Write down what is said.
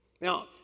Now